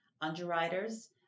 underwriters